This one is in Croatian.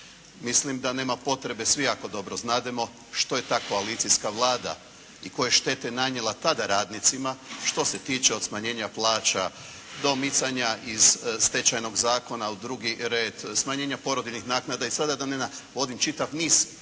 Mislim da nema potrebe, svi jako dobro znademo što je ta socijalistička Vlada i koje je štete nanijela tada radnicima što se tiče od smanjenja plaća do micanja iz Stečajnog zakona u drugi red, smanjenja porodiljnih naknada i sada da ne navodim čitav niz